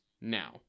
now